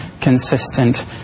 consistent